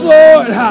Lord